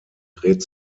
dreht